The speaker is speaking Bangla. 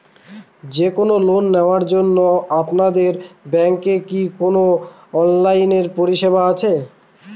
যে কোন লোন নেওয়ার জন্য আপনাদের ব্যাঙ্কের কি কোন অনলাইনে পরিষেবা আছে?